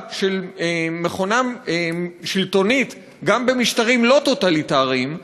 של מכונה שלטונית גם במשטרים לא טוטליטריים,